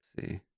See